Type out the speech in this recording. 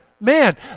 man